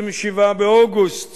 27 באוגוסט